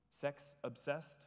sex-obsessed